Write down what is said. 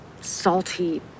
salty